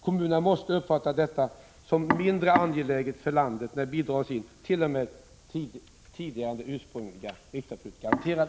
Kommunerna måste uppfatta det som mindre angeläget för landet när bidraget dras in t.o.m. tidigare än ursprungliga riksdagsbeslut garanterat.